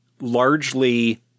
largely